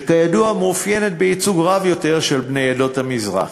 שכידוע מתאפיינת בייצוג רב יותר של בני עדות המזרח,